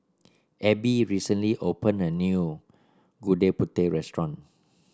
Ebbie recently open a new Gudeg Putih restaurant